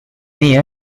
nii